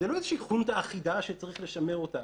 זאת לא חונטה אחידה שצריך לשמר אותה.